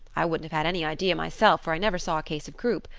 i wouldn't have had any idea myself, for i never saw a case of croup.